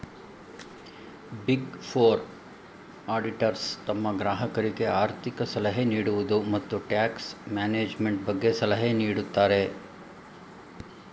big four auditors ತಮ್ಮ ಗ್ರಾಹಕರಿಗೆ ಆರ್ಥಿಕ ಸಲಹೆ ನೀಡುವುದು, ಮತ್ತು ಟ್ಯಾಕ್ಸ್ ಮ್ಯಾನೇಜ್ಮೆಂಟ್ ಬಗ್ಗೆ ಸಲಹೆ ನೀಡುತ್ತಾರೆ